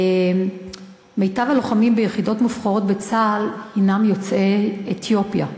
מיטב הלוחמים ביחידות מובחרות בצה"ל הנם יוצאי אתיופיה.